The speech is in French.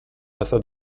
passa